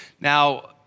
Now